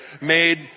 made